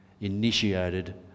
initiated